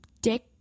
dick